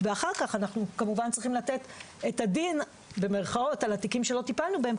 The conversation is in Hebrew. ואחר כך אנחנו כמובן צריכים "לתת את הדין" על התיקים שלא טיפלנו בהם,